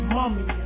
mummy